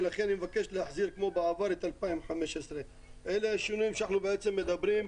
ולכן אני מבקש להחזיר כמו בעבר את 2015. אלה השינויים שאנחנו מדברים עליהם.